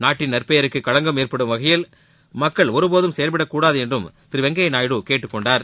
நாட்டின் நற்பெயருக்கு களங்கம் ஏற்படும் வகையில் மக்கள் ஒருபோதும் செயல்படக்கூடாது என்றும் திரு வெங்கைய்யா நாயுடு கேட்டுக்கொண்டார்